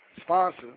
sponsor